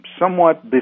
somewhat